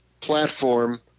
platform